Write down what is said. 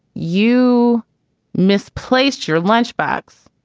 you misplaced your lunchbox?